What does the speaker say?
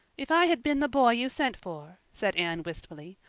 if i had been the boy you sent for, said anne wistfully,